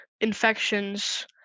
infections